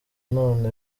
none